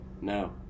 No